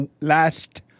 last